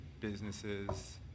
businesses